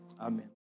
Amen